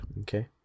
Okay